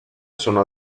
sono